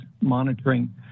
monitoring